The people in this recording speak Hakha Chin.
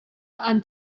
aan